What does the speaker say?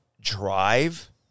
drive